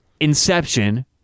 Inception